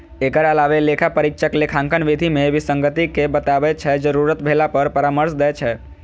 एकर अलावे लेखा परीक्षक लेखांकन विधि मे विसंगति कें बताबै छै, जरूरत भेला पर परामर्श दै छै